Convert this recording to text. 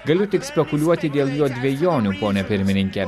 galiu tik spekuliuoti dėl jo dvejonių pone pirmininke